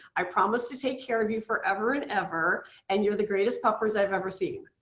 i promise to take care of you forever and ever and you're the greatest puppers i've ever seen.